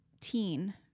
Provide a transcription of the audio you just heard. teen